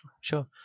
Sure